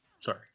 Sorry